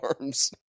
arms